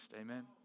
Amen